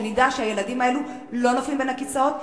שנדע שהילדים האלה לא נופלים בין הכיסאות?